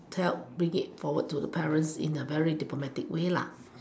help bring it forward to the parents in a very diplomatic way lah